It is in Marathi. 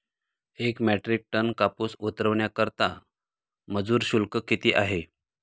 एक मेट्रिक टन कापूस उतरवण्याकरता मजूर शुल्क किती आहे?